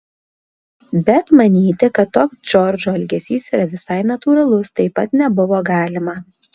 bet manyti kad toks džordžo elgesys yra visai natūralus taip pat nebuvo galima